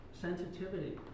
sensitivity